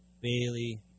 Bailey